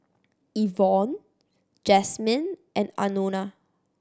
Evonne Jasmyn and Anona